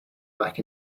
back